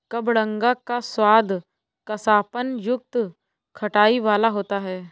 कबडंगा का स्वाद कसापन युक्त खटाई वाला होता है